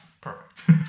Perfect